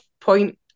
point